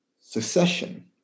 succession